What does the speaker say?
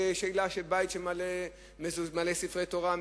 בשאלה של מה יהיה דין בית שמלא ספרי תורה,